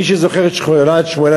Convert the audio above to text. מי שזוכר את שכונת שמואל-הנביא,